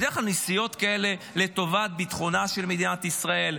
בדרך כלל נסיעות כאלה הן לטובת ביטחונה של מדינת ישראל,